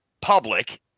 public